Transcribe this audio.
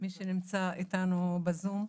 מי שנמצא איתנו בזום.